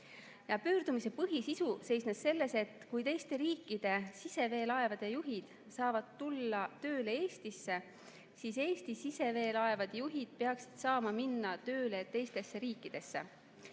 Pöördumise põhisisu seisnes selles, et kui teiste riikide siseveelaevade juhid saavad tulla tööle Eestisse, siis Eesti siseveelaevade juhid peaksid saama minna tööle teistesse riikidesse.